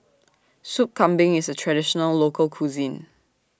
Sup Kambing IS A Traditional Local Cuisine